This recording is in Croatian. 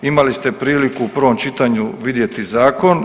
Imali ste priliku u prvom čitanju vidjeti zakon.